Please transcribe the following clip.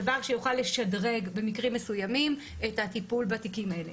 זה דבר שיוכל לשדרג במקרים מסוימים את הטיפול בתיקים האלה.